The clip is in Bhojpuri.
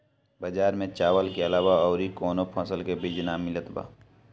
बजार में चावल के अलावा अउर कौनो फसल के बीज ना मिलत बा